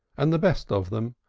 and the best of them,